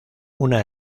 una